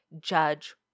judge